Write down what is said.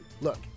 Look